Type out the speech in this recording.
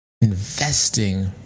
investing